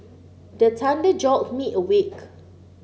the thunder jolt me awake